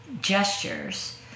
gestures